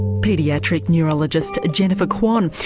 paediatric neurologist jennifer kwon.